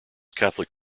catholic